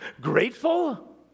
Grateful